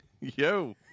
yo